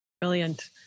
Brilliant